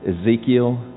Ezekiel